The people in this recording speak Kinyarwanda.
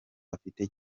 afite